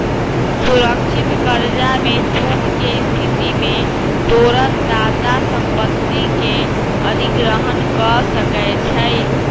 सुरक्षित करजा में चूक के स्थिति में तोरण दाता संपत्ति के अधिग्रहण कऽ सकै छइ